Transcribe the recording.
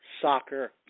soccer